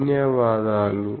ధన్యవాదాలు